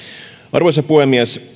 arvoisa puhemies